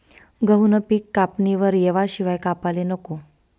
गहूनं पिक कापणीवर येवाशिवाय कापाले नको